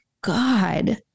God